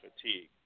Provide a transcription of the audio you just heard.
fatigue